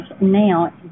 now